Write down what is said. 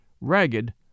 ragged